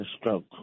stroke